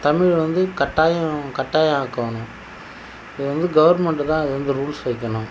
தமிழ் வந்து கட்டாயம் கட்டாயம் ஆக்கணும் இது வந்து கவர்மெண்டு தான் இது வந்து ரூல்ஸ் வைக்கணும்